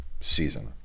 season